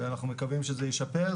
ואנחנו מקווים שזה ישפר.